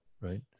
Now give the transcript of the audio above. right